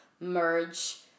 merge